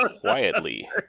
quietly